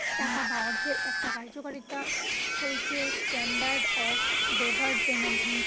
টাকা বা অর্থের একটা কার্যকারিতা হতিছেস্ট্যান্ডার্ড অফ ডেফার্ড পেমেন্ট